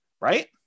right